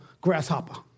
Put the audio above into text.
grasshopper